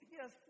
Yes